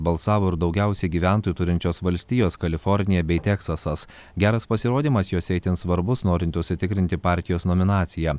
balsavo ir daugiausiai gyventojų turinčios valstijos kalifornija bei teksasas geras pasirodymas jose itin svarbus norint užsitikrinti partijos nominaciją